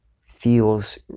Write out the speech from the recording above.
feels